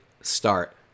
start